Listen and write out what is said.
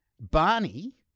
Barney